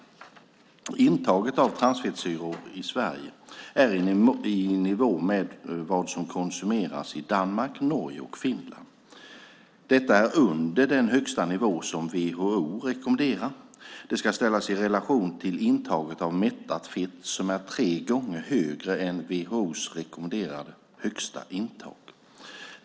Intaget av transfettsyror i Sverige är i nivå med vad som konsumeras i Danmark, Norge och Finland. Detta är under den högsta nivå som WHO rekommenderar. Detta ska ställas i relation till intaget av mättat fett som är tre gånger högre än WHO:s rekommenderade högsta intag.